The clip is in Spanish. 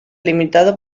limitado